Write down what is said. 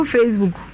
Facebook